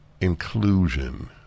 Inclusion